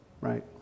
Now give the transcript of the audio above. right